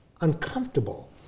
uncomfortable